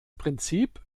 prinzip